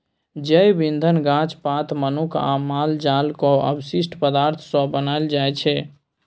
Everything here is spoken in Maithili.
जैब इंधन गाछ पात, मनुख आ माल जालक अवशिष्ट पदार्थ सँ बनाएल जाइ छै